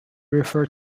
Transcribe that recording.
refer